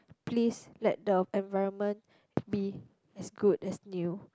please let the environment be as good as new